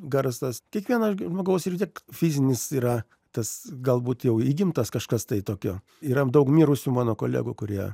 garsas kiekvieno žmogaus vis tiek fizinis yra tas galbūt jau įgimtas kažkas tai tokio yra daug mirusių mano kolegų kurie